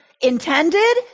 intended